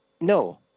no